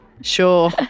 sure